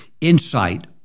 insight